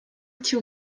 cię